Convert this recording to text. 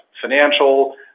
financial